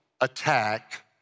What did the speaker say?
attack